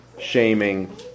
shaming